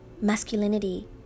masculinity